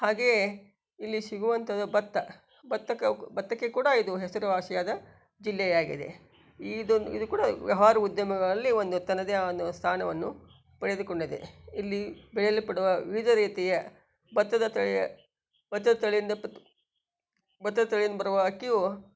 ಹಾಗೆಯೇ ಇಲ್ಲಿ ಸಿಗುವಂಥದ್ದು ಭತ್ತ ಭತ್ತಕ್ಕೆ ಭತ್ತಕ್ಕೆ ಕೂಡ ಇದು ಹೆಸರುವಾಸಿಯಾದ ಜಿಲ್ಲೆಯಾಗಿದೆ ಇದೊಂದು ಇದೂ ಕೂಡ ವ್ಯವ್ಹಾರ ಉದ್ಯಮಗಳಲ್ಲಿ ಒಂದು ತನ್ನದೇ ಒಂದು ಸ್ಥಾನವನ್ನು ಪಡೆದುಕೊಂಡಿದೆ ಇಲ್ಲಿ ಬೆಳೆಯಲ್ಪಡುವ ವಿವಿಧ ರೀತಿಯ ಭತ್ತದ ತಳಿಯ ಭತ್ತದ ತಳಿಯಿಂದ ಭತ್ತದ ತಳಿಯಿಂದ ಬರುವ ಅಕ್ಕಿಯು